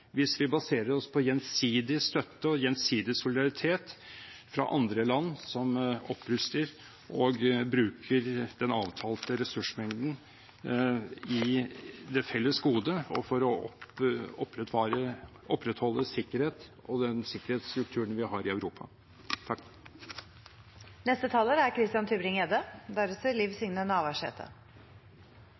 hvis vi baserer oss på gjensidig støtte og gjensidig solidaritet fra andre land, som oppruster og bruker den avtalte ressursmengden til et felles gode, for å opprettholde sikkerhet og den sikkerhetsstrukturen vi har i Europa. Jeg tenkte bare jeg skulle markere at pressen ikke er